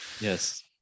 yes